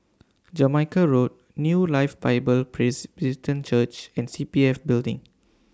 Jamaica Road New Life Bible Presbyterian Church and C P F Building